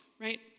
right